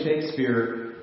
Shakespeare